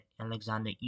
Alexander